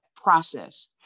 process